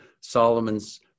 Solomon's